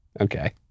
Okay